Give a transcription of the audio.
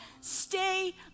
Stay